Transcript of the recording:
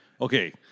Okay